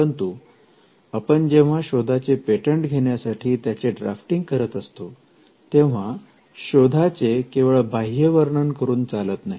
परंतु आपण जेव्हा शोधाचे पेटंट घेण्यासाठी त्याचे ड्राफ्टिंग करत असतो तेव्हा शोधाचे केवळ बाह्य वर्णन करून चालत नाही